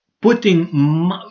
putting